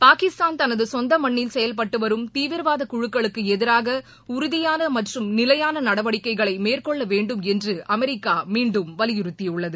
பாகிஸ்தான் தனது சொந்த மண்ணில் செயல்பட்டு வரும் தீவிரவாத குழுக்களுக்கு எதிராக உறுதியான மற்றும் நிலையான நடவடிக்கைகளை மேற்கொள்ள வேண்டும் என்று அமெரிக்கா மீண்டும் வலியுறுத்தியுள்ளது